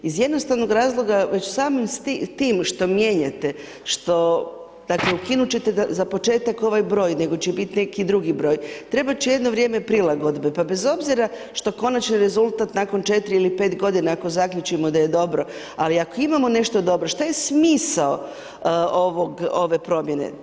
Iz jednostavnog razloga već samim tim što mijenjate, što dakle ukinut ćete da za početak, ovo je broj, nego će biti neki drugi broj, trebat će jedno vrijeme prilagodbe pa bez obzira što konačan rezultat nakon 4 ili 5 g. ako zaključimo da je dobro, ali ako imamo nešto dobro, šta je smisao ove promjene?